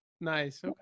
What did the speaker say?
Nice